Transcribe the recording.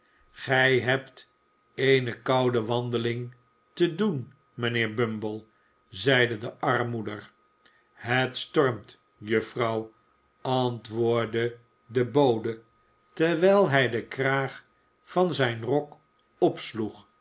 gij hebt eene koude wandeling te doen mrjn heer bumble zeide de armmoeder het stormt juffrouw antwoordde de bode i terwijl hij den kraag van zijn rok opsloeg